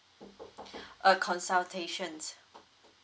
uh consultations